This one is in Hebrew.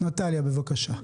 נטליה בבקשה.